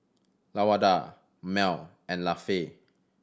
Lawanda Mel and Lafe